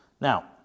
Now